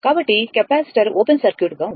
కాబట్టి capacitor open circuit గా ఉంది